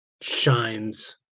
shines